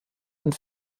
und